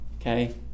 Okay